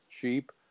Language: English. cheap